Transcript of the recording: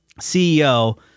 CEO